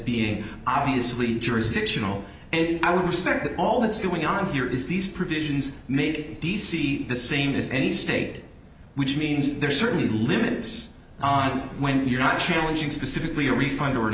being obviously jurisdictional and i would expect that all that's going on here is these provisions made d c the same as any state which means there are certain limits on when you're not challenging specifically a refund or